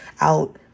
out